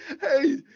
Hey